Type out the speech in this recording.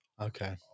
Okay